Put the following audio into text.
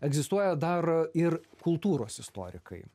egzistuoja dar ir kultūros istorikai